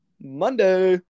Monday